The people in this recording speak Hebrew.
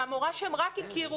מן המורה שהם רק הכירו,